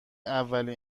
اولین